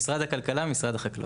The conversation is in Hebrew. משרד הכלכלה ומשרד החקלאות.